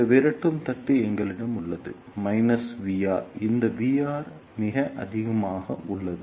இந்த விரட்டும் தட்டு எங்களிடம் உள்ளது Vr இந்த Vr மிக அதிகமாக உள்ளது